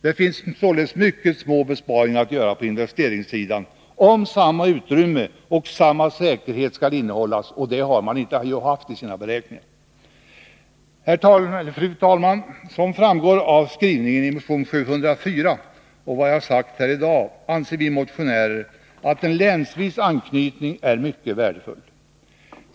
Det finns således mycket små besparingar att göra på investeringssidan, om samma utrymme och samma säkerhet skall innehållas, men beräkningarna hos revisorerna inkluderar inte det. Fru talman! Som framgår av skrivningen i motion 704 och vad jag sagt här i dag anser vi motionärer att en länsvis anknytning är mycket värdefull.